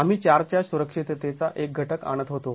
आम्ही ४ च्या सुरक्षिततेचा एक घटक आणत होतो